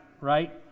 right